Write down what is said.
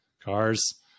cars